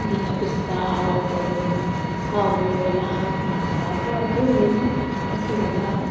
ಏನು ಪಿಸ್ತಾ ಗೋಡಂಬಿ ಅವ ಇವು ಎಲ್ಲ ಹಾಕಿ ಮಾಡ್ತಾರೆ ಆದ್ರೆ ಅದು ಏನು ಹೊಟ್ಟೆಗೆಲ್ಲ